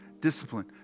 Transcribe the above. discipline